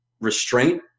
restraint